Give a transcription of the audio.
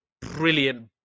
brilliant